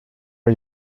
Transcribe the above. are